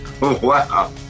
Wow